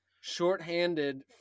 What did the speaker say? shorthanded